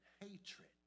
hatred